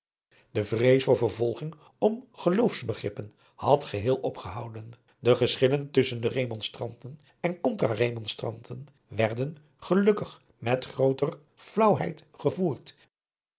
de vrees voor vervolging om geloofsbegrippen had geheel opgehouden de geschillen tusschen de remonstranten en contra-remonstranten werden gelukkig met grooter flaauwheid gevoerd